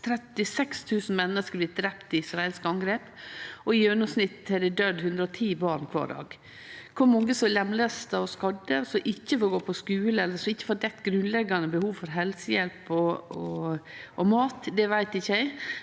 36 000 menneske blitt drepne i israelske angrep, og i gjennomsnitt har det døydd 110 barn kvar dag. Kor mange som er lemlesta og skadde, som ikkje får gå på skule eller som ikkje får dekt grunnleggjande behov for helsehjelp og mat, veit ikkje